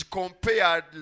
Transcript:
compared